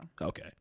Okay